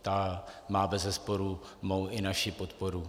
Ta má bezesporu mou i naši podporu.